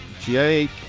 Jake